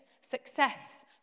success